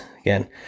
Again